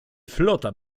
flota